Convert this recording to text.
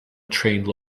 trained